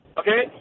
okay